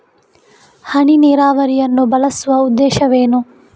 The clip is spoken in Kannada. ಹನಿ ನೀರಾವರಿಯನ್ನು ಬಳಸುವ ಉದ್ದೇಶವೇನು?